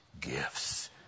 gifts